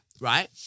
right